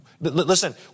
Listen